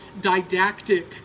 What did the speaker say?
didactic